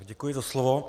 Děkuji za slovo.